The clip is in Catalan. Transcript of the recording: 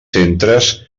centres